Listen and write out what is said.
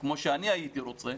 וכמו שאני הייתי רוצה.